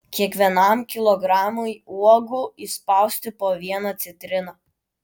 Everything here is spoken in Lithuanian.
kiekvienam kilogramui uogų įspausti po vieną citriną